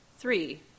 Three